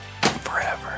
Forever